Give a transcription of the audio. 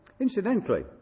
Incidentally